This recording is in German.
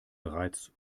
bereits